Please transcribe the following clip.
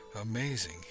Amazing